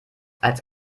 als